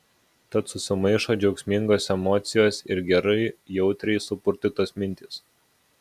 tad susimaišo džiaugsmingos emocijos ir gerai jautriai supurtytos mintys